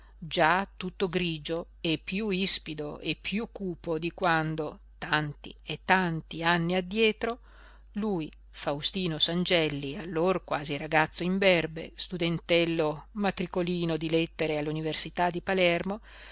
già tutto grigio e piú ispido e piú cupo di quando tanti e tanti anni addietro lui faustino sangelli allor quasi ragazzo imberbe studentello matricolino di lettere all'università di palermo